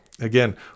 again